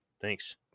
Thanks